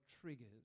triggers